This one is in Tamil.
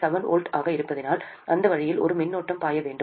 7 V ஆக இருப்பதால் இந்த வழியில் ஒரு மின்னோட்டம் பாய வேண்டும்